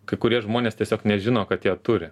kai kurie žmonės tiesiog nežino kad ją turi